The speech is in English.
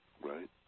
Right